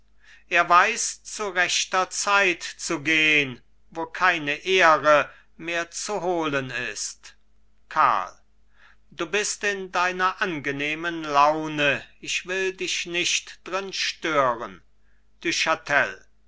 er weiß zu rechter zeit zu gehn wo keine ehre mehr zu holen ist karl du bist in deiner angenehmen laune ich will dich nicht drin stören du